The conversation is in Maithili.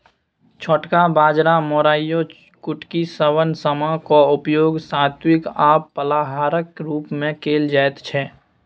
छोटका बाजरा मोराइयो कुटकी शवन समा क उपयोग सात्विक आ फलाहारक रूप मे कैल जाइत छै